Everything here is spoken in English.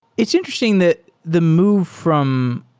it's interesting that the move from